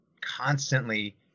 constantly